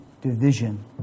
division